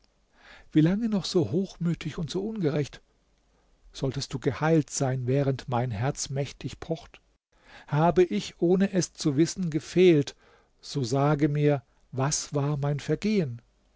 wie lange noch so hochmütig und so ungerecht solltest du geheilt sein während mein herz mächtig pocht habe ich ohne es zu wissen gefehlt so sage mir was war mein vergehen